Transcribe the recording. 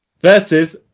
versus